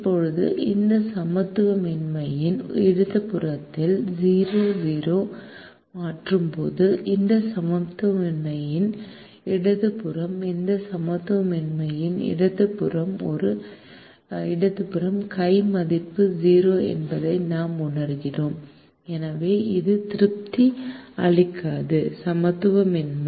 இப்போது இந்த சமத்துவமின்மையின் இடது புறத்தில் 0 0 மாற்றும்போது இந்த சமத்துவமின்மையின் இடது புறம் இந்த சமத்துவமின்மையின் இடது புறம் இடது கை மதிப்பு 0 என்பதை நாம் உணர்கிறோம் எனவே அது திருப்தி அளிக்காது சமத்துவமின்மை